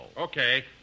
Okay